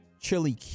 Chili